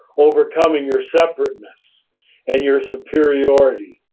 overcoming your separateness and your superiority,